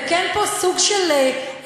אני חייבת לתקן פה סוג של איזשהו,